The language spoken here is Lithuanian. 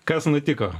kas nutiko